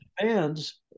fans